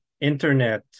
internet